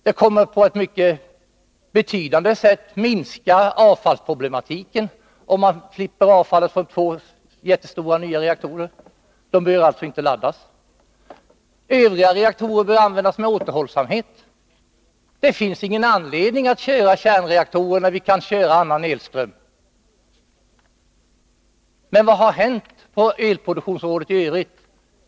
Det kommer att på ett mycket betydande sätt minska avfallsproblematiken, om man slipper avfallet från två jättestora nya reaktorer. De bör alltså inte laddas. Övriga raktorer bör användas med återhållsamhet. Det finns ingen anledning att köra kärnreaktorer när vi har annan elström. Men vad har hänt på elproduktionsområdet i övrigt?